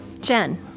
Jen